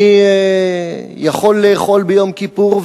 מי יכול לאכול ביום כיפור,